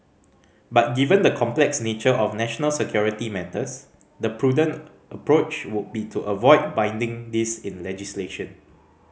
but given the complex nature of national security matters the prudent approach would be to avoid binding this in legislation